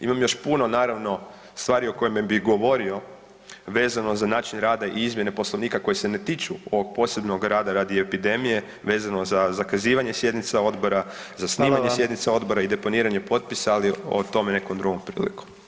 Imam još puno naravno stvari o kojima bi govorio vezano za način rada i izmjene Poslovnika koji se ne tiču ovog posebno rada radi epidemije vezano za zakazivanje sjednica odbora [[Upadica: Hvala vam]] zasnivanje sjednica odbora i deponiranje potpisa, ali o tome nekom drugom prilikom.